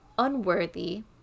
Unworthy